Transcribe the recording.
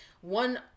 One